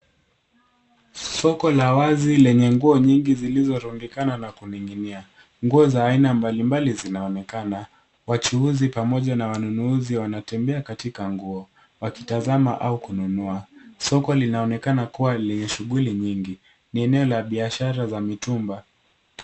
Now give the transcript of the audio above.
Soko la wazi lenye nguo nyingi zilizo rundikana na kuning'inia. Nguo za aina mbalimbali zinaonekana. Wachuuzi pamoja na wanunuzi wanatembea katika nguo wakitazama au kununua. Soko linaonekana kuwa lenye shughuli nyingi. Ni eneo la biashara za mitumba.